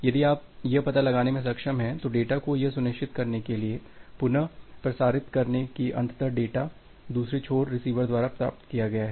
यदि आप यह पता लगाने में सक्षम हैं तो डेटा को यह सुनिश्चित करने के लिए पुनः प्रसारित करें कि अंततः डेटा दूसरे छोर रिसीवर द्वारा प्राप्त किया गया है